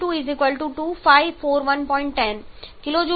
2 kJkg 22 0C પર આપણને આ પોઇન્ટએ યોગ્ય પ્રેશર મૂલ્યની જરૂર નથી